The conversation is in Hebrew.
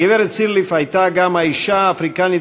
הגברת סירליף הייתה גם האישה האפריקנית